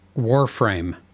Warframe